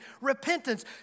repentance